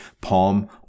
palm